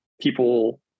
people